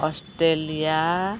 Australia